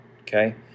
Okay